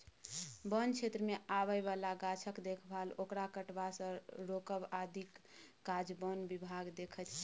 बन क्षेत्रमे आबय बला गाछक देखभाल ओकरा कटबासँ रोकब आदिक काज बन विभाग देखैत छै